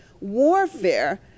warfare